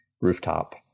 rooftop